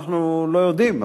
אנחנו לא יודעים,